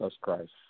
Christ